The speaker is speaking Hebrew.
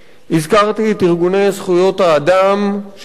הזכרתי את ארגוני זכויות האדם שהתייצבו